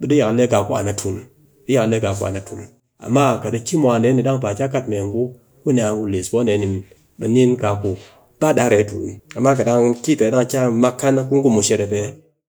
ɓe dɨ yakal dee kaa ku an a tul, di yakal dee kaa ku an a tul, amma kat a ki mwan dee ni dang ba aki a kat mee ngu ku ni a ngu liis poo dee ni. ɓe nin kaa ku ba daa riye tul muw. amma kat dang a ki mwan dang a mak kaa na ku mushere pe